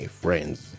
friends